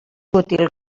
útil